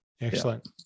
excellent